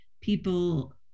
people